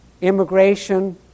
immigration